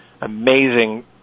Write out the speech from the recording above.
amazing